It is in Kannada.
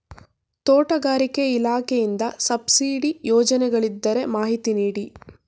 ತೋಟಗಾರಿಕೆ ಇಲಾಖೆಯಿಂದ ಸಬ್ಸಿಡಿ ಯೋಜನೆಗಳಿದ್ದರೆ ಮಾಹಿತಿ ನೀಡಿ?